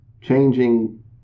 changing